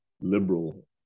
liberal